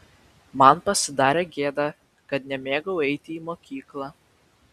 man pasidarė gėda kad nemėgau eiti į mokyklą